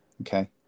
Okay